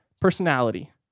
personality